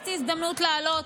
חיפשתי הזדמנות לעלות,